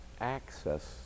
access